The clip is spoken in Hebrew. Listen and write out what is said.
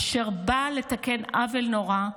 אשר באה לתקן עוול נורא,